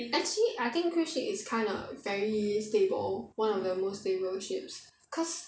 actually I think cruise ship is kind of very stable one of the most stable ships cause